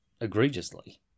egregiously